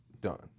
done